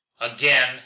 Again